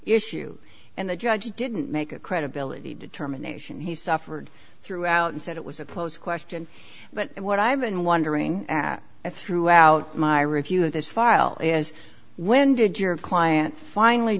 issue and the judge didn't make a credibility determination he suffered throughout and said it was a close question but what i've been wondering at throughout my review of this file is when did your client finally